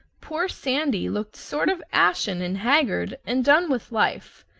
poor sandy looked sort of ashen and haggard and done with life.